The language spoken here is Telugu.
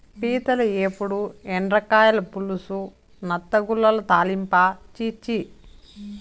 పీతల ఏపుడు, ఎండ్రకాయల పులుసు, నత్తగుల్లల తాలింపా ఛీ ఛీ